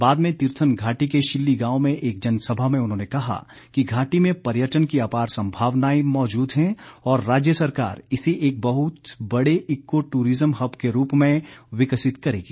बाद में तीर्थन घाटी के शिल्ली गांव में एक जनसभा में उन्होंने कहा कि घाटी में पर्यटन की अपार संभावनाएं मौजूद हैं और राज्य सरकार इसे एक बहुत बड़े ईको टूरिज़्म हब के रूप में विकसित करेगी